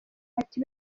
ati